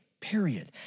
period